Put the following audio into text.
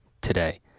Today